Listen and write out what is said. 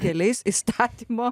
keliais įstatymo